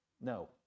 no